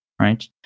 right